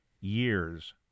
years